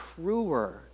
truer